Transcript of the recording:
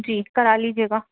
جی کرا لیجیے گا